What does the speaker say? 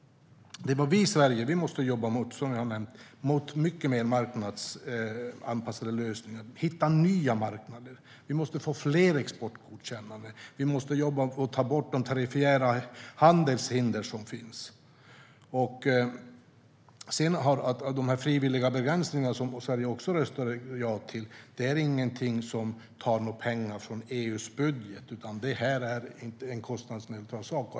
Det vi i Sverige måste jobba för, vilket jag har nämnt, är mycket mer marknadsanpassade lösningar. Vi måste hitta nya marknader. Vi måste få fler exportgodkännanden. Vi måste jobba på att ta bort de tariffära handelshinder som finns. De frivilliga begränsningar vi också röstade ja till är ingenting som tar några pengar från EU:s budget, utan det är en kostnadsneutral sak.